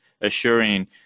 assuring